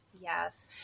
yes